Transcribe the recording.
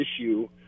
issue